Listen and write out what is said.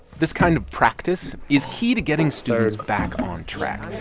this kind of practice is key to getting students back on track.